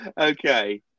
Okay